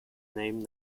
named